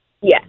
Yes